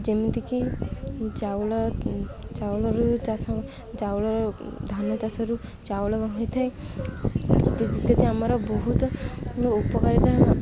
ଯେମିତିକି ଚାଉଳ ଚାଉଳରୁ ଚାଷ ଚାଉଳ ଧାନ ଚାଷରୁ ଚାଉଳ ହୋଇଥାଏ ଇତ୍ୟାଦି ଆମର ବହୁତ ଉପକାରିତା